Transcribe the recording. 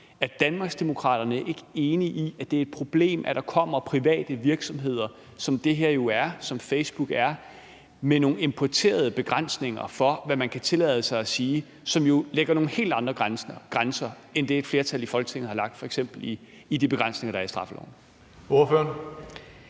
Er Danmarksdemokraterne ikke enige i, at det er et problem, at der kommer private virksomheder, som det her jo er – som Facebook er – med nogle importerede begrænsninger for, hvad man kan tillade sig at sige, og som jo sætter nogle helt andre grænser end dem, et flertal i Folketinget har sat, f.eks. i de begrænsninger, der er i straffeloven? Kl.